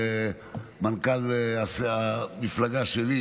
מנכ"ל המפלגה שלי,